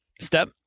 step